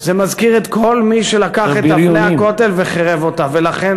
זה מזכיר את כל מי שלקח את אבני הכותל וחירב שם.